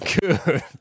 good